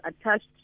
attached